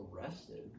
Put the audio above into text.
arrested